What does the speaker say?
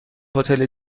هتل